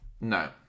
No